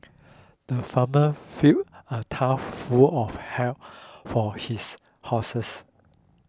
the farmer filled a tough full of hay for his horses